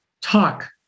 talk